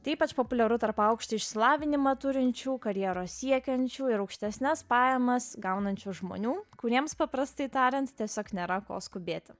tai ypač populiaru tarp aukštąjį išsilavinimą turinčių karjeros siekiančių ir aukštesnes pajamas gaunančių žmonių kuriems paprastai tariant tiesiog nėra ko skubėti